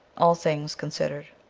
all things considered